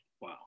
Wow